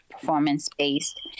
performance-based